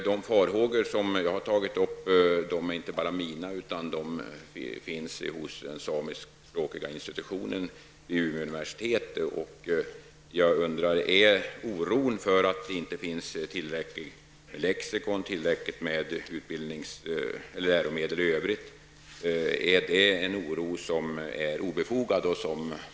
De farhågor som jag har tagit upp är inte bara mina utan de finns hos den samiskspråkiga institutionen vid Umeå universitet. Jag undrar: Är oron för att det inte finns tillräckligt med lexika och tillräckligt med läromedel i övrigt en oro som är obefogad?